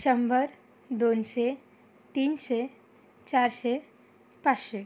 शंभर दोनशे तीनशे चारशे पाचशे